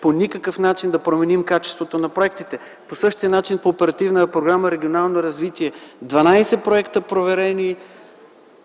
по никакъв начин да променим качеството на проектите. По същия начин по Оперативна програма „Регионално развитие” – 12 проекта проверени.